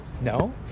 No